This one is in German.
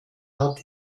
hat